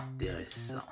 intéressant